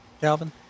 Calvin